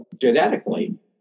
genetically